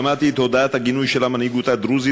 שמעתי את הודעת הגינוי של המנהיגות הדרוזית